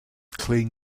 clean